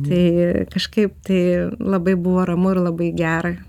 tai kažkaip tai labai buvo ramu ir labai gera